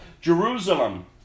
Jerusalem